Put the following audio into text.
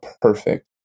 perfect